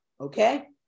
Okay